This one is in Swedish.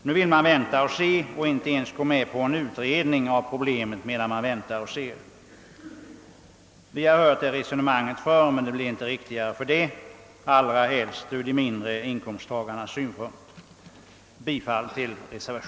Nu vill man vänta och se — och man vill inte ens gå med på en utredning av problemet medan man väntar och ser. Vi har hört det resonemanget förr, men det blir inte riktigare för det, allra minst ur de mindre inkomsttagarnas synpunkt.